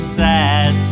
sad